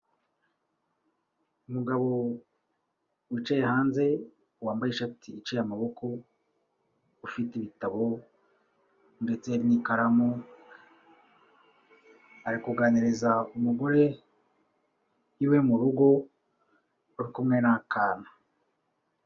Umugabo wicaye hanze wambaye ishati iciye amaboko, ufite ibitabo ndetse n'ikaramu, ari kuganiriza umugore iwe mu rugo uri kumwe n'akana.